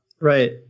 Right